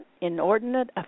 inordinate